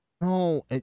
No